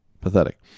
Pathetic